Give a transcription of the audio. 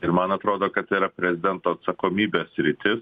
ir man atrodo kad tai yra prezidento atsakomybės sritis